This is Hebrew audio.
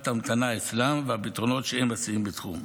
המתנה אצלם והפתרונות שהם מציעים בתחום.